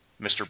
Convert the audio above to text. Mr